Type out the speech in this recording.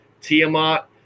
Tiamat